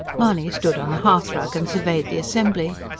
mahony stood on the hearthrug and surveyed the assembly.